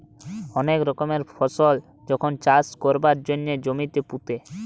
অনেক রকমের ফসল যখন চাষ কোরবার জন্যে জমিতে পুঁতে